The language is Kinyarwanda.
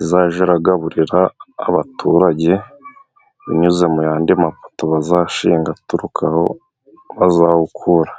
izajya iraburira abaturage binyuze mu yandi mapoto bazashinga, aturuka aho bazawukura.